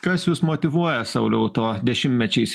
kas jus motyvuoja sauliau to dešimtmečiais